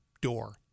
door